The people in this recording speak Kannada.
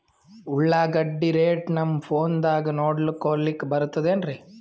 ಉಳ್ಳಾಗಡ್ಡಿ ರೇಟ್ ನಮ್ ಫೋನದಾಗ ನೋಡಕೊಲಿಕ ಬರತದೆನ್ರಿ?